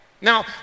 Now